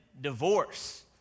divorce